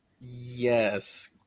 yes